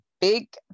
big